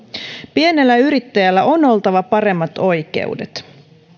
pienellä yrittäjällä on oltava paremmat oikeudet